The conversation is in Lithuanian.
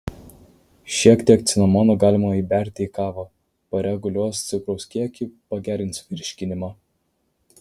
šiek tiek cinamono galima įberti į kavą pareguliuos cukraus kiekį pagerins virškinimą